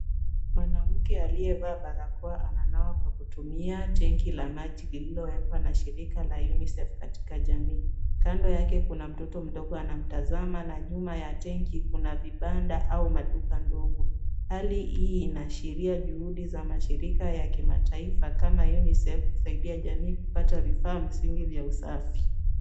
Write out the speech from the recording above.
Mwanamke aliyevaa barakoa ananawa kwa kutumia tenki la maji lililowekwa na shirika la UNICEF katika jamii. Kando yake kuna mtoto mdogo anamtazama na nyuma ya tenki kuna vibanda au maduka ndogo. Hali hii inaashiria juhudi za mashirika ya kimataifa kama UNICEF, kusaidia jamii kupata vifaa msingi vya usafi.